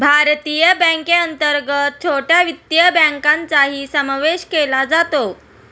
भारतीय बँकेअंतर्गत छोट्या वित्तीय बँकांचाही समावेश केला जातो